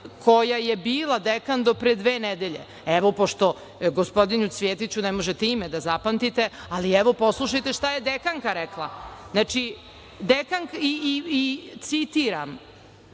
koja je bila dekan do pre dve nedelje, evo, pošto gospodinu Cvijetiću ne možete ime da zapamtite, ali poslušajte šta je dekanka rekla, citiram,